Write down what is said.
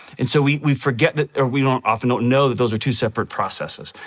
and so, we we forget that, or we don't often don't know that those are two separate processes.